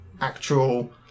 actual